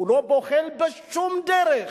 לא בוחל בשום דרך